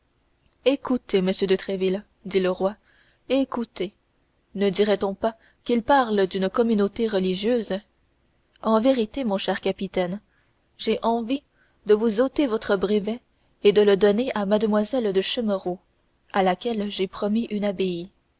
écoutez m de tréville dit le roi écoutez-le ne dirait-on pas qu'il parle d'une communauté religieuse en vérité mon cher capitaine j'ai envie de vous ôter votre brevet et de le donner à mlle de chémerault à laquelle j'ai promis une abbaye